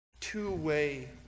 two-way